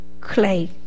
clay